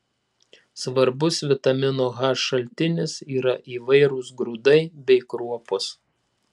svarbus vitamino h šaltinis yra įvairūs grūdai bei kruopos